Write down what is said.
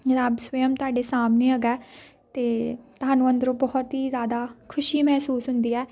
ਰੱਬ ਸਵੈਯਮ ਤੁਹਾਡੇ ਸਾਹਮਣੇ ਹੈਗਾ ਅਤੇ ਤੁਹਾਨੂੰ ਅੰਦਰੋਂ ਬਹੁਤ ਹੀ ਜ਼ਿਆਦਾ ਖੁਸ਼ੀ ਮਹਿਸੂਸ ਹੁੰਦੀ ਹੈ